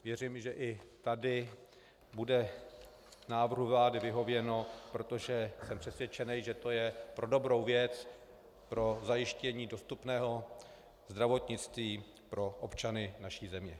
Věřím, že i tady bude návrhu vlády vyhověno, protože jsem přesvědčen, že to je pro dobrou věc, pro zajištění dostupného zdravotnictví pro občany naší země.